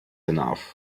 enough